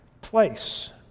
place